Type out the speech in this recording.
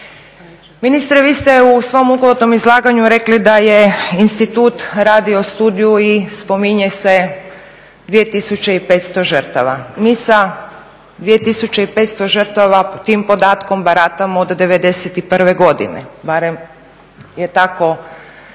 Ministre, vi ste u svom uvodnom izlaganju rekli da je institut radio studiju i spominje se 2500 žrtava. Mi sa 2500 žrtava tim podatkom baratamo od '91. godine, barem tako